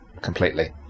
completely